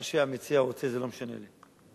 מה שהמציע רוצה, זה לא משנה לי.